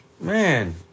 Man